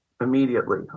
immediately